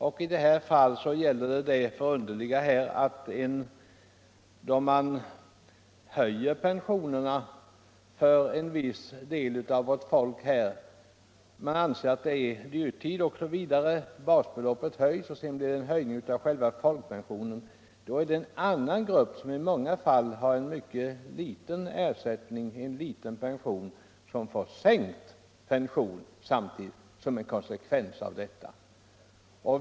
I det här fallet inträffar emellertid det förunderliga att då man på grund av dyrtiden höjer pensionerna för vissa grupper av statspensionärer — basbeloppet höjs och det blir en höjning av själva folkpensionen — får en annan grupp, som ofta har en mycket liten pension, en sänkning av pensionen som en konsekvens av detta.